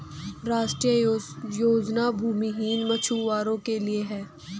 राष्ट्रीय योजना भूमिहीन मछुवारो के लिए है